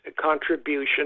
contribution